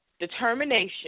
determination